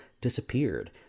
disappeared